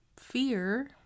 Fear